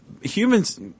Humans